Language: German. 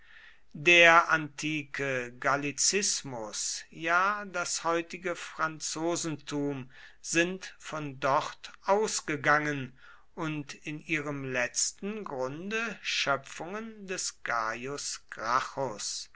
der antike gallizismus ja das heutige franzosentum sind von dort ausgegangen und in ihrem letzten grunde schöpfungen des